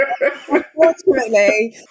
Unfortunately